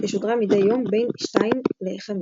ששודרה מדי יום בין 1400 ל-1700.